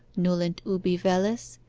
nolunt ubi velis,